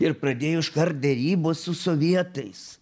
ir pradėjo iškart derybos su sovietais